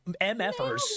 mfers